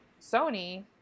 Sony